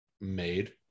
made